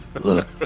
Look